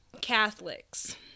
catholics